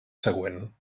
següent